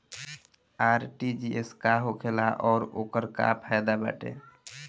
RTGS का होखेला और ओकर का फाइदा बाटे?